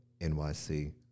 NYC